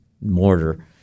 mortar